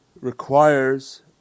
requires